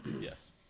Yes